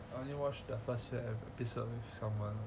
I only watched the first episode with someone